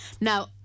Now